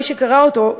מי שקרא אותו,